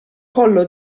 collo